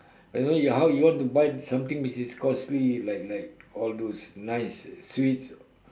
and know you how you want to buy something which is costly like like all those nice sweets